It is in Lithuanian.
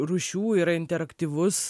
rūšių yra interaktyvus